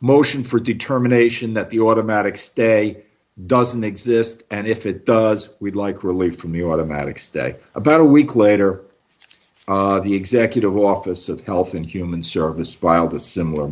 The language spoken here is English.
motion for determination that the automatic stay doesn't exist and if it does we'd like relief from the automatic stay about a week later the executive office of health and human services filed a similar